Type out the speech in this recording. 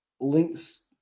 links